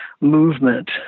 movement